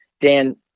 Dan